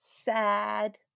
sad